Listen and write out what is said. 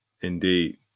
Indeed